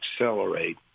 accelerate